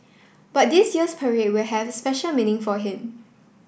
but this year's parade will have special meaning for him